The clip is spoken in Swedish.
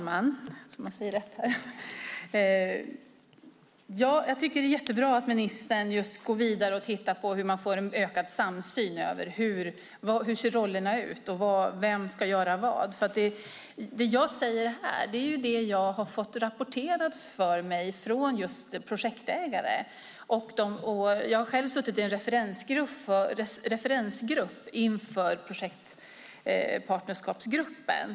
Herr talman! Det är jättebra att ministern går vidare och tittar på hur man får en ökad samsyn i hur rollerna ser ut och vem som ska göra vad. Det jag säger här är sådant som jag fått rapporterat till mig av just projektägare. Jag har själv suttit i en referensgrupp inför projekt i Partnerskapsgruppen.